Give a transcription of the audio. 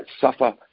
suffer